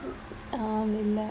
um இல்லே:illae